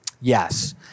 Yes